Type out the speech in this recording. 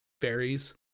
fairies